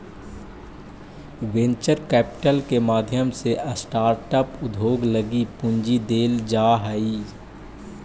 venture capital के माध्यम से स्टार्टअप उद्योग लगी पूंजी देल जा हई